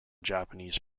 japanese